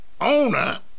owner